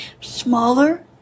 smaller